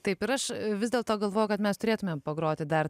taip ir aš vis dėlto galvoju kad mes turėtumėm pagroti dar